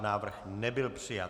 Návrh nebyl přijat.